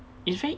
it's very